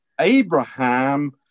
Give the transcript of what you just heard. Abraham